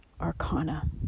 Arcana